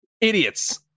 Idiots